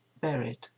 buried